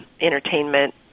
entertainment